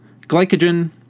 glycogen